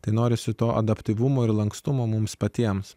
tai norisi to adaptyvumo ir lankstumo mums patiems